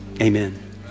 Amen